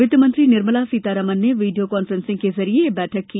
वित्ती मंत्री निर्मला सीतारामन ने वीडियो कांफ्रेंसिंग के जरिए यह बैठक की